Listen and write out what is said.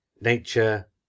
nature